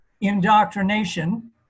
indoctrination